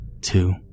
two